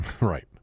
Right